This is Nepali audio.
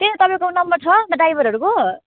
त्यही त तपाईँकोमा नम्बर छ अन्त ड्राइभरहरूको